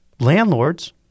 Landlords